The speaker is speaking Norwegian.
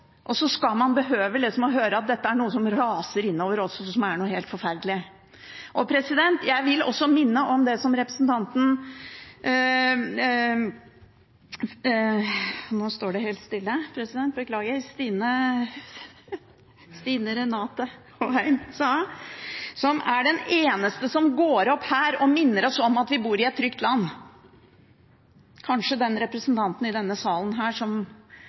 Og så skal man behøve å høre at dette er noe som raser innover oss, og som er noe helt forferdelig. Jeg vil også minne om det som representanten Stine Renate Håheim sa, som er den eneste som går opp her og minner oss om at vi bor i et trygt land, og kanskje den representanten i denne salen som er rammet hardest av terror i dette landet. Hun er i hvert fall en av dem. Det høres ut som